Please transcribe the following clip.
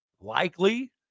likely